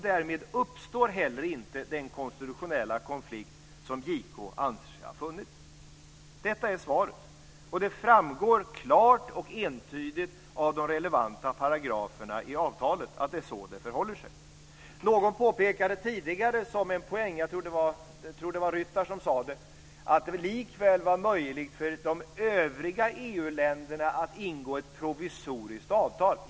Därmed uppstår heller inte den konstitutionella konflikt som JK anser sig ha funnit. Detta är svaret, och det framgår klart och entydigt av de relevanta paragraferna i avtalet att det är så det förhåller sig. Någon - jag tror att det var Ryttar - påpekade tidigare, som en poäng, att det likväl var möjligt för de övriga EU-länderna att ingå ett provisoriskt avtal.